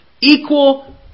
equal